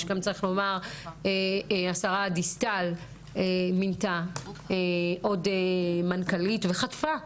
השרה דיסטל מינתה עוד מנכ"לית וחטפה.